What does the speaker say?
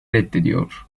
reddediyor